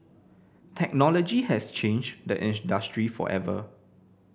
technology has changed the industry forever